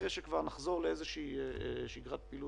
אחרי שכבר נחזור לאיזו שגרת פעילות